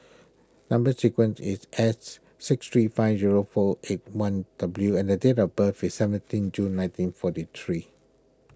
Number Sequence is S six three five zero four eight one W and the date of birth is seventeen June nineteen forty three